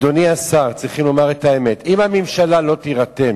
אדוני השר, צריך לומר את האמת, אם הממשלה לא תירתם